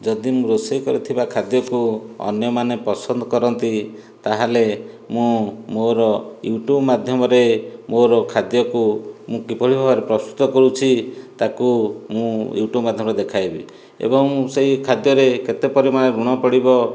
ଯଦି ମୁଁ ରୋଷେଇ କରିଥିବା ଖାଦ୍ୟକୁ ଅନ୍ୟମାନେ ପସନ୍ଦ କରନ୍ତି ତାହେଲେ ମୁଁ ମୋର ୟୁଟ୍ୟୁବ ମାଧ୍ୟମରେ ମୋର ଖାଦ୍ୟକୁ ମୁଁ କିଭଳି ଭାବରେ ପ୍ରସ୍ତୁତ କରୁଛି ତାକୁ ମୁଁ ୟୁଟ୍ୟୁବ ମାଧ୍ୟମରେ ଦେଖାଇବି ଏବଂ ସେହି ଖାଦ୍ୟରେ କେତେ ପରିମାଣରେ ଲୁଣ ପଡ଼ିବ